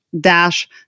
dash